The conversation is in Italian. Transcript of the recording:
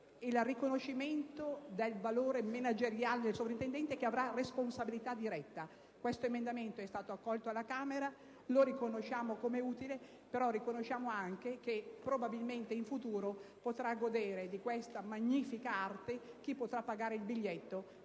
il riconoscimento del valore manageriale del sovrintendente, che avrà responsabilità diretta. Tale emendamento è stato accolto alla Camera, e noi lo riconosciamo come utile, ma riconosciamo anche che probabilmente in futuro potrà godere di questa magnifica arte solo chi potrà pagare il biglietto: